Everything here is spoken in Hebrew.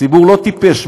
הציבור לא טיפש,